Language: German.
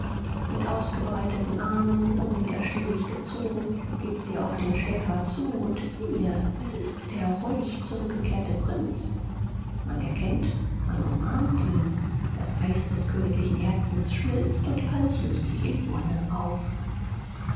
mit ausgebreiteten armen unwiderstehlich gezogen geht sie auf den schäfer zu und siehe es ist der reuig zurückgekehrte prinz man erkennt man umarmt ihn das eis des königlichen herzens schmilzt und alles löst sich in wonne auf